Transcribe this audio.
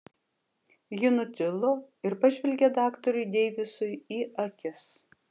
ji nutilo ir pažvelgė daktarui deivisui į akis